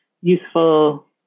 useful